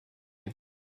you